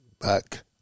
Back